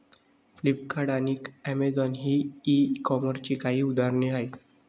Flipkart आणि Amazon ही e कॉमर्सची काही उदाहरणे आहे